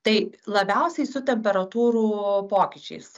tai labiausiai su temperatūrų pokyčiais